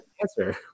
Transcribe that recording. answer